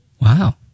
Wow